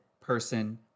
person